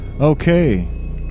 Okay